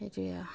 সেইটোৱে আৰু